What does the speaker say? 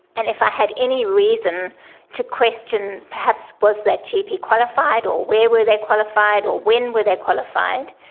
and if i had any reason to question perhaps was that gp qualified or where were they qualified or when were they qualified,